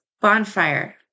Bonfire